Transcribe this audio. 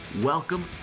Welcome